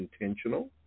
intentional